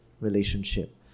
relationship